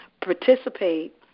participate